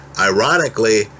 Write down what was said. Ironically